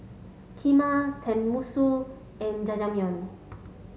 Kheema Tenmusu and Jajangmyeon